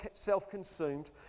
self-consumed